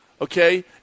okay